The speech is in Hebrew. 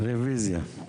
רביזיה.